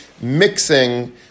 mixing